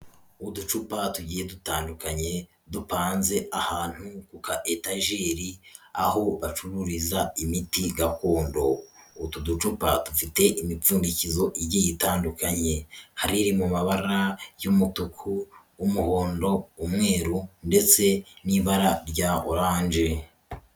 Uducupa tugiye dutandukanye, dupanze ahantu kuka etajiri ,aho bacururiza imiti gakondo, utu ducupa dufite imipfundikizo igiye itandukanye, hari iri mu mabara y'umutuku, umuhondo, umweru ndetse n'ibara rya oranje.